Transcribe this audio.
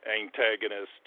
antagonist